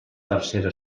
tercera